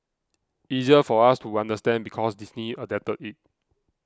easier for us to understand because Disney adapted it